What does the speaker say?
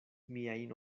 miajn